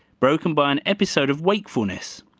broken by an episode of wakefulness.